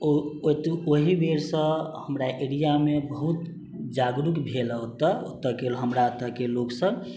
ओ ओहि बेरसँ हमरा एरिया मे बहुत जागरूक भेल यऽ ओतऽ ओतऽ हमरा ओतऽ के लोगसब